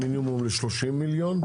המינימום, ל-30 מיליון.